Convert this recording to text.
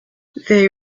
they